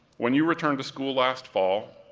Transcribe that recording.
when you returned to school last fall,